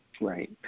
Right